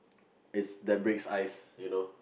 it's that breaks ice you know